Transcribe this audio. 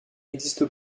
n’existe